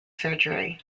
surgery